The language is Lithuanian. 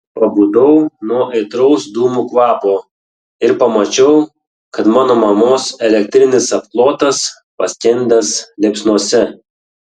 pabudau nuo aitraus dūmų kvapo ir pamačiau kad mano mamos elektrinis apklotas paskendęs liepsnose